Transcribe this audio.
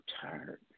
tired